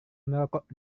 merokok